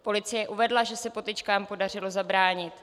Policie uvedla, že se potyčkám podařilo zabránit.